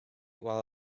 while